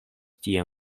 tie